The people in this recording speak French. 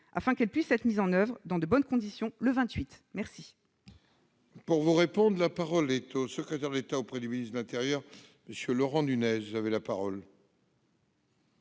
afin qu'elles puissent être mises en oeuvre dans de bonnes conditions le 28 juin